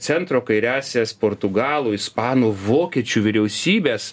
centro kairiąsias portugalų ispanų vokiečių vyriausybes